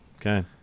Okay